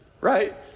right